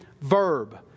verb